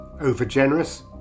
overgenerous